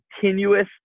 continuous